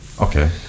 Okay